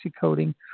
coating